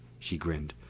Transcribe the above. she grinned.